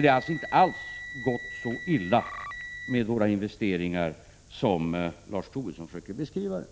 Det har alltså inte alls gått så illa med våra investeringar som Lars Tobisson försöker beskriva det.